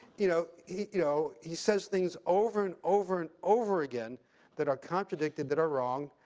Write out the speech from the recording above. you know you know he says things over and over and over again that are contradicted, that are wrong,